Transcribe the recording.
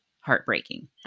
heartbreaking